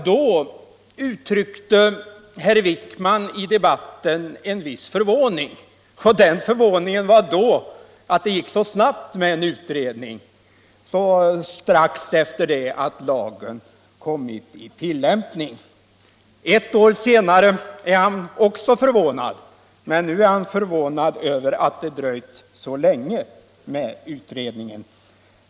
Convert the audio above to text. Då uttryckte herr Wijkman i debatten en viss förvåning, och den förvåningen gällde att det gick så snabbt med en utredning strax efter det att lagen kommit i tillämpning. Ett år senare är herr Wijkman också förvånad, men nu är han förvånad över att det dröjt så länge med utredningen.